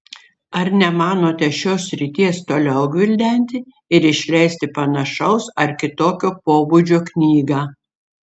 ar nemanote šios srities toliau gvildenti ir išleisti panašaus ar kitokio pobūdžio knygą